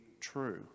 true